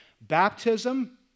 Baptism